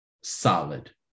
Solid